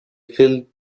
filled